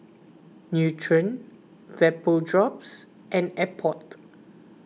Nutren Vapodrops and Abbott